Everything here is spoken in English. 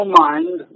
mind